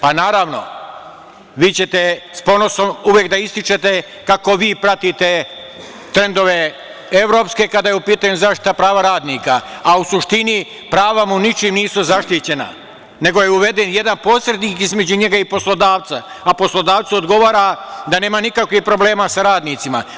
Pa naravno, vi ćete s ponosom uvek da ističete kako vi pratite trendove evropske kada je u pitanju zaštita prava radnika, a u suštini prava mu ničim nisu zaštićena, nego je uveden jedan posrednik između njega i poslodavca, a poslodavcu odgovara da nema nikakvih problema sa radnicima.